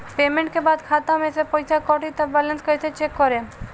Payment के बाद खाता मे से पैसा कटी त बैलेंस कैसे चेक करेम?